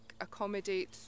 accommodate